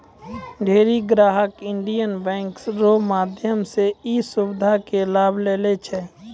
ढेरी ग्राहक Indian Bank रो माध्यम से ई सुविधा के लाभ लै छै